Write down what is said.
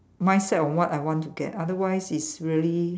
mind set of what I want to get otherwise it's really